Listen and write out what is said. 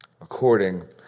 according